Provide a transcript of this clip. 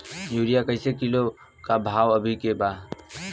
Urea कइसे kilo बा भाव अभी के?